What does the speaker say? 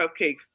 cupcake